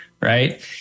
right